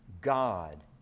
God